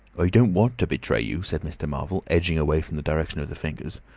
i don't want to betray you, said mr. marvel, edging away from the direction of the fingers.